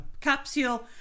capsule